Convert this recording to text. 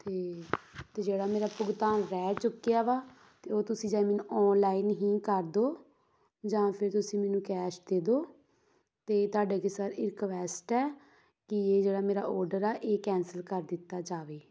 ਅਤੇ ਅਤੇ ਜਿਹੜਾ ਮੇਰਾ ਭੁਗਤਾਨ ਰਹਿ ਚੁੱਕਿਆ ਵਾ ਅਤੇ ਉਹ ਤੁਸੀਂ ਜਾਂ ਮੈਨੂੰ ਔਨਲਾਈਨ ਹੀ ਕਰ ਦਿਓ ਜਾਂ ਫਿਰ ਤੁਸੀਂ ਮੈਨੂੰ ਕੈਸ਼ ਦੇ ਦਿਓ ਅਤੇ ਤੁਹਾਡੇ ਤੇ ਸਰ ਇੱਕ ਰੇਕੁਐਸਟ ਹੈ ਕਿ ਇਹ ਜਿਹੜਾ ਮੇਰਾ ਆਰਡਰ ਹੈ ਇਹ ਕੈਂਸਲ ਕਰ ਦਿੱਤਾ ਜਾਵੇ